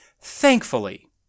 Thankfully